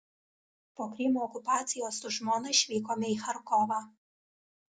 po krymo okupacijos su žmona išvykome į charkovą